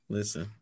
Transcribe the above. Listen